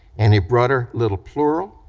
and a brudder, little plural,